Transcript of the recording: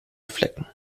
flecken